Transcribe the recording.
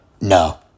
No